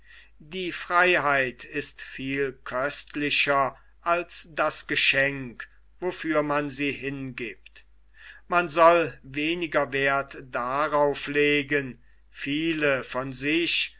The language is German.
die freiheit ist viel köstlicher als das geschenk wofür man sie hingiebt man soll weniger werth darauf legen viele von sich